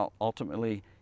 ultimately